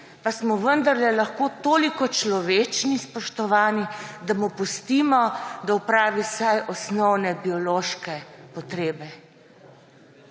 pa smo vendarle lahko toliko človečni, spoštovani, da mu pustimo, da opravi vsaj osnovne biološke potrebe.